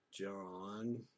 John